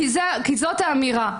כי זאת האמירה.